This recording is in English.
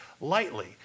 lightly